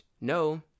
no